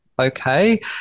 okay